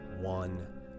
one